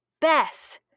Bess